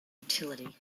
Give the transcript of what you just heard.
utility